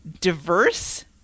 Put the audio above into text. diverse